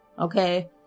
okay